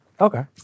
Okay